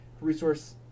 resource